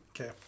Okay